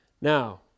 Now